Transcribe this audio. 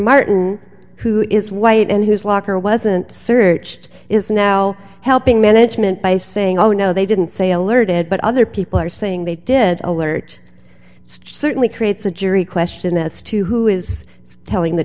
martin who is white and his locker wasn't searched is now helping management by saying oh no they didn't say alerted but other people are saying they did alert certainly creates a jury question as to who is telling the